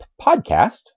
podcast